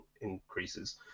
increases